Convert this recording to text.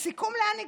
לסיכום: לאן הגענו?